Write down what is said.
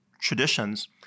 traditions